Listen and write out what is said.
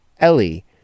Ellie